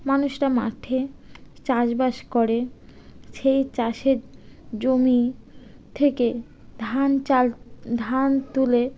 মানুষটা মাঠে চাষবাস করে সেই চাষের জমি থেকে ধান চাল ধান তুলে